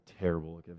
terrible